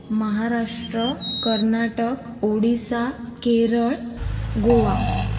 Maharashtra Karnataka Odisha Kerala Goa